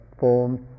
forms